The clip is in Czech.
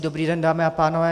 Dobrý den, dámy a pánové.